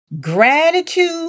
gratitude